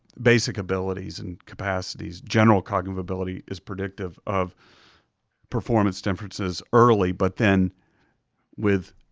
basic abilities and capacities, general cognitive ability is predictive of performance differences early, but then with